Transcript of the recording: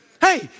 Hey